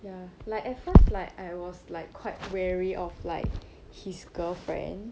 ya like at first like I was like quite wary of like his girlfriend